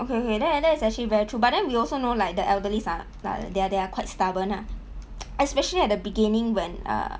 okay okay that that's actually very true but then we also know like the elderlies are like they are they are quite stubborn ah especially at the beginning when uh